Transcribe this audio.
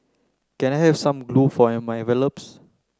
can I have some glue for my envelopes